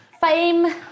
fame